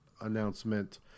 announcement